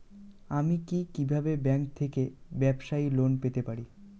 আমি কি কিভাবে ব্যাংক থেকে ব্যবসায়ী লোন পেতে পারি?